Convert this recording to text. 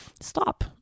stop